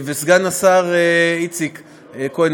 סגן השר איציק כהן,